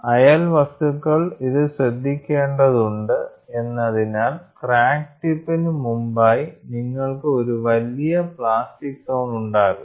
അയൽവസ്തുക്കൾ ഇത് ശ്രദ്ധിക്കേണ്ടതുണ്ട് എന്നതിനാൽ ക്രാക്ക് ടിപ്പിന് മുമ്പായി നിങ്ങൾക്ക് ഒരു വലിയ പ്ലാസ്റ്റിക് സോൺ ഉണ്ടാകും